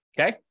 okay